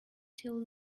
till